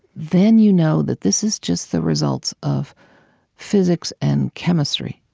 then you know that this is just the results of physics and chemistry,